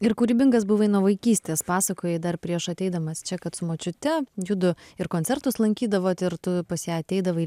ir kūrybingas buvai nuo vaikystės pasakojai dar prieš ateidamas čia kad su močiute judu ir koncertus lankydavot ir tu pas ją ateidavai